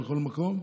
בכל מקום.